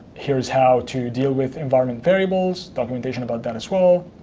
here's how to deal with environment variables, documentation about that as well.